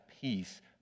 peace